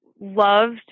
loved